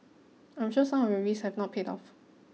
I'm sure some of your risks have not paid off